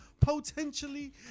potentially